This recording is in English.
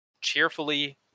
cheerfully